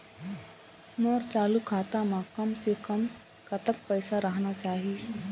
मोर चालू खाता म कम से कम कतक पैसा रहना चाही?